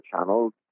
channels